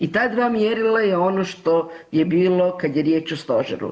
I ta dva mjerila je ono što je bilo kad je riječ o stožeru.